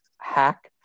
hack